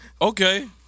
Okay